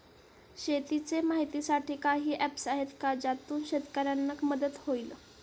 शेतीचे माहितीसाठी काही ऍप्स आहेत का ज्यातून शेतकऱ्यांना मदत होईल?